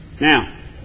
Now